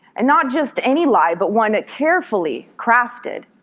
and not just any lie, but one carefully crafted,